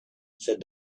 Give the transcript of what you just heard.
said